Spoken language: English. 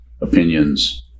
opinions